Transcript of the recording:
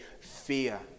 fear